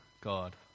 God